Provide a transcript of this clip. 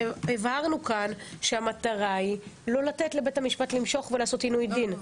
הבהרנו כאן שהמטרה היא לא לתת לבית המשפט למשוך ולעשות עינוי דין.